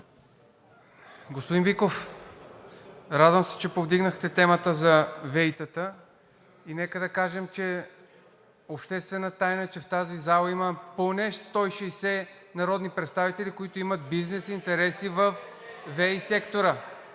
Господин Биков, радвам се, че повдигнахте темата за ВЕИ-тата и нека да кажем, че е обществена тайна, че в тази зала има поне 160 народни представители, които имат бизнес интерес във ВЕИ сектора.